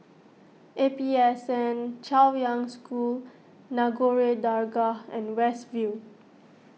A P S N Chaoyang School Nagore Dargah and West View